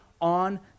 on